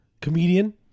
comedian